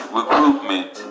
recruitment